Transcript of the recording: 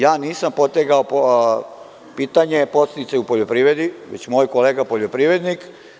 Ja nisam potegao pitanje podsticaja u poljoprivredi, već moj kolega poljoprivrednik.